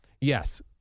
Yes